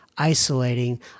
isolating